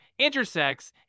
intersex